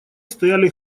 стояли